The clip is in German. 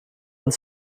und